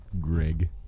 Greg